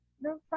No